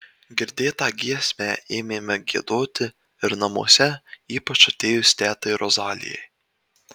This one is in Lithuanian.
girdėtą giesmę ėmėme giedoti ir namuose ypač atėjus tetai rozalijai